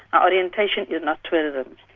orientation is not tourism,